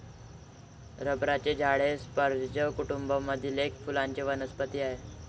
रबराचे झाड हे स्पर्ज कुटूंब मधील एक फुलांची वनस्पती आहे